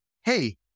hey